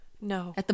No